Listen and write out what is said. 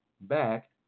back